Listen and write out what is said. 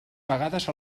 vegades